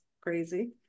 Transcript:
crazy